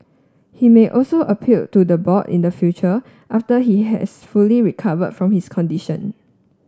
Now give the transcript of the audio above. he may also appeal to the board in the future after he has fully recovered from his condition